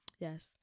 Yes